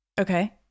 okay